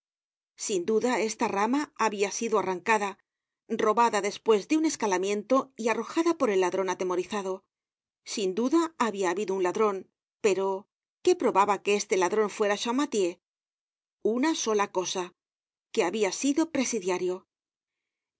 sin duda esta rama habia sido arrancada robada despues de un escalamiento y arrojada por el ladron atemorizado sin duda habia habido un ladron pero qué probaba que este ladron fuera champmathieu una sola cosa que habia sido presidiario